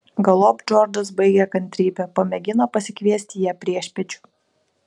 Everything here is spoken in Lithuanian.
galop džordžas baigė kantrybę pamėgino pasikviesti ją priešpiečių